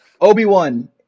obi-wan